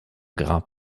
grab